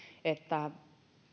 että